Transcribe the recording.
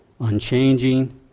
unchanging